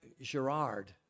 Gerard